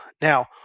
Now